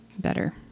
better